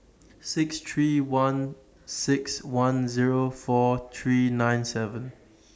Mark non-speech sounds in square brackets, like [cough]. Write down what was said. six three one six one Zero four three nine seven [noise]